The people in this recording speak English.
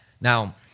Now